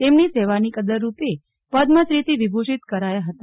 તેમની સેવાની કદરરૂપે પદમશ્રીથી વિભુષિત કરાયા હતા